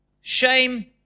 shame